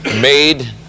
made